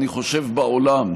אני חושב שבעולם,